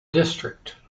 district